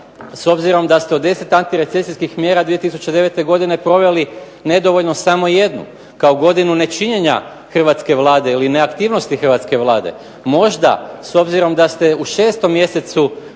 s obzirom da ste od 10 antirecesijskih mjera 2009. godine proveli nedovoljno samo jednu, kao godinu nečinjenja hrvatske Vlade ili neaktivnosti hrvatske Vlade? Možda, s obzirom da ste u 6. mjesecu